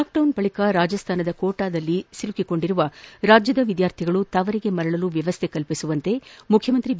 lockdown ಬಳಿಕ ರಾಜಸ್ಥಾನದ ಕೋಟಾದಲ್ಲಿ ಸಿಲುಕಿಕೊಂಡಿರುವ ರಾಜ್ಯದ ವಿದ್ಯಾರ್ಥಿಗಳು ತವರಿಗೆ ಮರಳಲು ವ್ಯವಸ್ಥ ಕಲ್ಲಿಸುವಂತೆ ಮುಖ್ಯಮಂತ್ರಿ ಬಿ